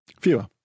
Fewer